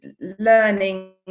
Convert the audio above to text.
learning